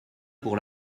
pour